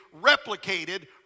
replicated